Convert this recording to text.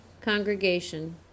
congregation